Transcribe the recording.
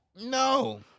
No